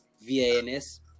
V-A-N-S